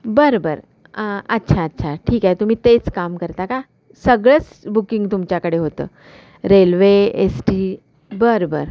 बरं बरं अच्छा अच्छा ठीक आहे तुम्ही तेच काम करता का सगळंच बुकिंग तुमच्याकडे होतं रेल्वे एस टी बरं बरं